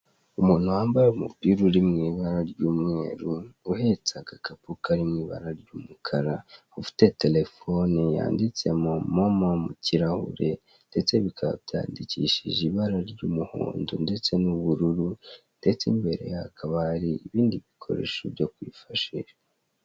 Umuntu wambaye umupira uri mu ibara ry'umweru uhetse agakapu karimo ibara ry'umukara, ufite telefone yanditsemo momo mu kirahure ndetse bikaba byandikishije ibara ry'umuhondo ndetse n'ubururu, ndetse imbere ye hakaba hari ibindi bikoresho byo kwifashisha.